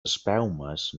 espelmes